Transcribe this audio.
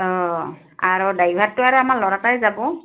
অঁ আৰু ড্ৰাইভাৰটো আৰু আমাৰ ল'ৰাটাই যাব